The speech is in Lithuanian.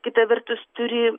kita vertus turi